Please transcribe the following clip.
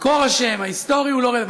מקור השם, ההיסטוריה, הם לא רלוונטיים.